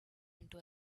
into